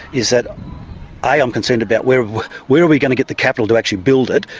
is that i'm concerned about where where are we going to get the capital to actually build it.